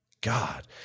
God